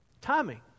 Timing